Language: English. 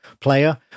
player